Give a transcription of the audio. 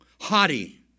haughty